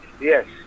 yes